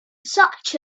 such